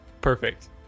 Perfect